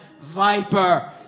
Viper